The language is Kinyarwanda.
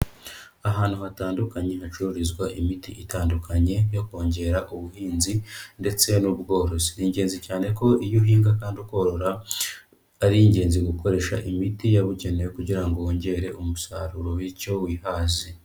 Ahantu hatandukanye hacururizwa imiti itandukanye yo kongera ubuhinzi ndetse n'ubworozi, ni ingenzi cyane ko iyo uhinga kandi ukorora ari ingenzi gukoresha imiti yabugenewe kugira ngo wongere umusaruro bityo wihaze.